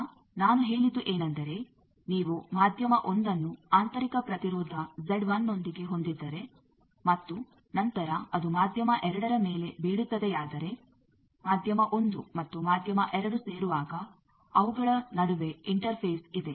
ಈಗ ನಾನು ಹೇಳಿದ್ದು ಏನೆಂದರೆ ನೀವು ಮಾಧ್ಯಮ 1ಅನ್ನು ಆಂತರಿಕ ಪ್ರತಿರೋಧ ನೊಂದಿಗೆ ಹೊಂದಿದ್ದರೆ ಮತ್ತು ನಂತರ ಅದು ಮಾಧ್ಯಮ 2 ರ ಮೇಲೆ ಬೀಳುತ್ತದೆಯಾದರೆ ಮಾಧ್ಯಮ 1 ಮತ್ತು ಮಾಧ್ಯಮ 2 ಸೇರುವಾಗ ಅವುಗಳ ನಡುವೆ ಇಂಟರ್ಫೇಸ್ ಇದೆ